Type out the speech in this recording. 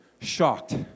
shocked